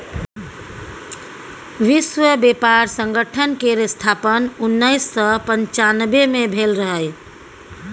विश्व बेपार संगठन केर स्थापन उन्नैस सय पनचानबे मे भेल रहय